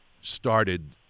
started